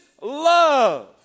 love